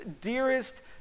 dearest